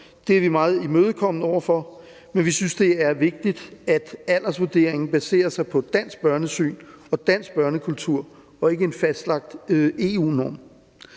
Det er vi meget imødekommende over for, men vi synes, det er vigtigt, at aldersvurderingen baserer sig på et dansk børnesyn og dansk børnekultur og ikke en fastlagt EU-norm.